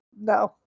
no